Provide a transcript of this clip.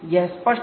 यह स्पष्ट है